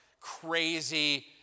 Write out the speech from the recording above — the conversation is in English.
crazy